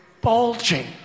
bulging